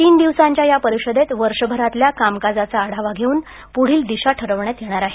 तीन दिवसांच्या या परिषदेत वर्षभरातल्या कामकाजाचा आढावा घेऊन पुढील दिशा ठरवण्यात येणार आहे